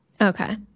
okay